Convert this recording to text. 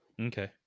Okay